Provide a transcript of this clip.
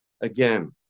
again